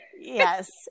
yes